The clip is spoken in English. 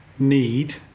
need